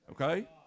okay